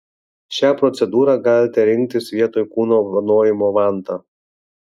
šią procedūrą galite rinktis vietoj kūno vanojimo vanta